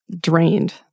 drained